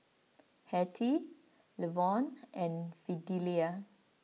Hattie Levon and Fidelia